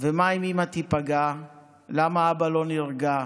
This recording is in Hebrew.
// ומה אם אמא תיפגע / למה אבא לא נרגע.